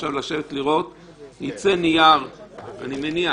אני מניח